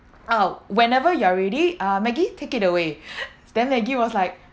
uh whenever you're ready uh maggie take it away then maggie was like